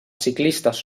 ciclistes